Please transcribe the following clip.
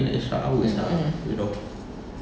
mm hmm